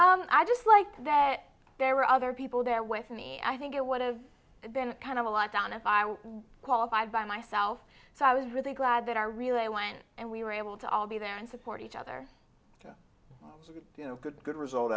the i just liked that there were other people there with me i think it would've been kind of a lot on if i was qualified by myself so i was really glad that i really went and we were able to all be there and support each other you know good good result